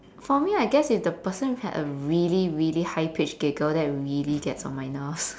for me I guess if the person had a really really high pitched giggle that really gets on my nerves